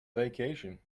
vacation